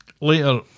Later